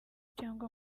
cyangwa